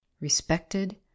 respected